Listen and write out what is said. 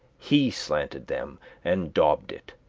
he slanted them and daubed it